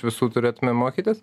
visų turėtumėm mokytis